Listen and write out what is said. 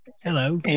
Hello